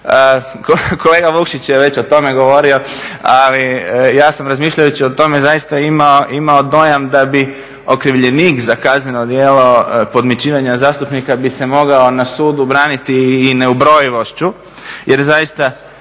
Kolega Vukšić je već o tome govorio ali ja sam razmišljajući o tome zaista imao dojam da bi okrivljenik za kazneno djelo podmićivanja zastupnika bi se mogao na sudu braniti i neubrojivošću jer zaista